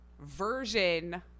version